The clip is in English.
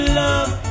love